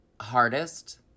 hardest